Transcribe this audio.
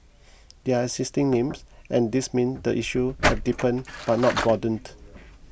they are existing names and this means the issue has deepened but not broadened